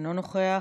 אינו נוכח.